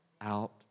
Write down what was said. out